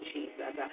Jesus